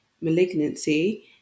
malignancy